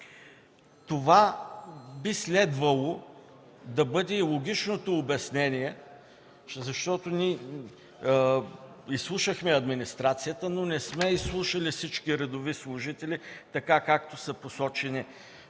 Това би следвало да бъде и логичното обяснение, защото ние изслушахме администрацията, но не сме изслушали всички редови служители, както са посочени